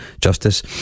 Justice